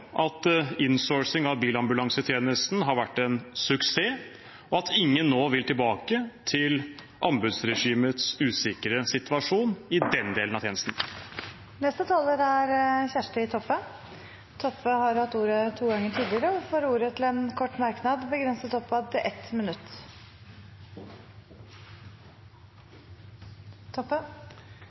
at innsourcing av bilambulansetjenesten har vært en suksess, og at ingen nå vil tilbake til anbudsregimets usikre situasjon i den delen av tjenesten. Representanten Kjersti Toppe har hatt ordet to ganger tidligere i debatten og får ordet til en kort merknad, begrenset til 1 minutt.